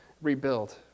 rebuild